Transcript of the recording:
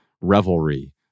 revelry